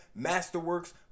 Masterworks